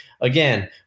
Again